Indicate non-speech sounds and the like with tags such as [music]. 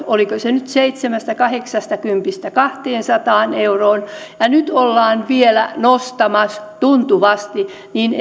oliko se nyt seitsemästäkymmenestä viiva kahdeksastakymmenestä kahteensataan euroon ja nyt ollaan vielä nostamassa tuntuvasti niin [unintelligible]